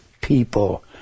people